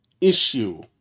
issue